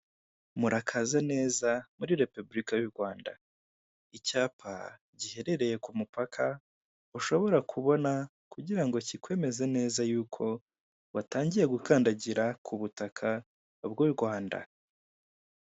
Murakaza neza muri Repuburika y,Urwanda. Icyapa giherereye ku mupaka ushobora kubona kugirango, kikwemeza nezako utangiye gukandagira k'ubuta bw'Urwanda.